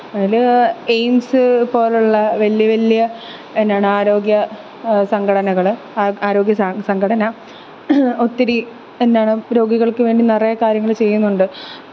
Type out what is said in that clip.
അതിൽ ഏയ്മ്സ് പോലുള്ള വല്യ വല്യ എന്നാണ് ആരോഗ്യ സംഘടനകൾ ആരോഗ്യ സംഘടന ഒത്തിരി എന്നാണ് രോഗികള്ക്ക് വേണ്ടി നിറയെ കാര്യങ്ങൾ ചെയ്യുന്നുണ്ട്